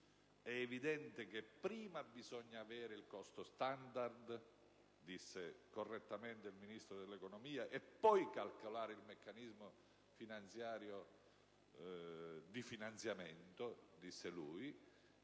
«è evidente che prima bisogna avere il costo standard» - disse correttamente il Ministro dell'economia e delle finanze «e poi calcolare il meccanismo finanziario di finanziamento». Sta di